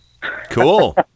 cool